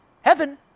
Heaven